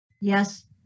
Yes